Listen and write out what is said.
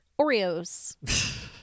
Oreos